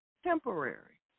Temporary